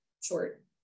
short